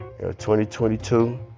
2022